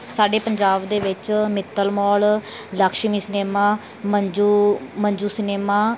ਸਾਡੇ ਪੰਜਾਬ ਦੇ ਵਿੱਚ Mittal mall Lakshmi cinema Manju Manju cinema